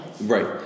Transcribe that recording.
right